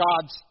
God's